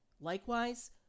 Likewise